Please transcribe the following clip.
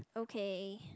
okay